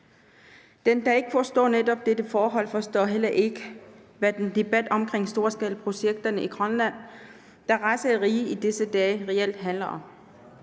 Den, der ikke forstår netop dette forhold, forstår heller ikke, hvad den debat omkring storskalaprojekterne i Grønland, der raser i riget disse dage, reelt handler om.